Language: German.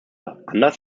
anders